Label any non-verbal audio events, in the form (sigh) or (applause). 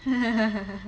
(laughs)